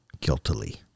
guiltily